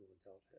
adulthood